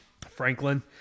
Franklin